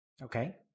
Okay